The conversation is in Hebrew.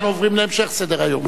אנחנו עוברים להמשך סדר-היום,